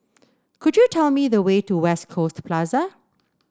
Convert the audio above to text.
could you tell me the way to West Coast Plaza